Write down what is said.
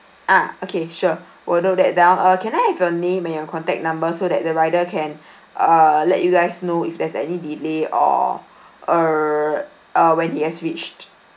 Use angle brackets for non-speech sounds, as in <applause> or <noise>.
ah okay sure will note that down uh can I have your name and your contact number so that the rider can <breath> err let you guys know if there's any delay or err uh when he has reached